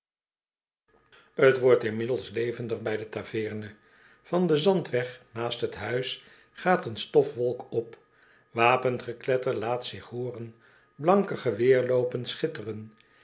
t wordt inmiddels levendig bij de taveerne van den zandweg naast het huis gaat een stofwolk op wapengekletter laat zich hooren blanke geweerloopen schitteren